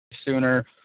sooner